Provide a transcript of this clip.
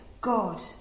God